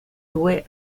due